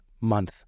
month